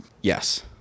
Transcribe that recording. Yes